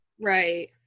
Right